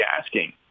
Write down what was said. asking